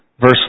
verse